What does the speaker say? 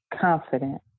confident